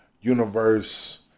Universe